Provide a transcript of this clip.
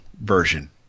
version